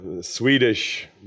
Swedish